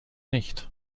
nicht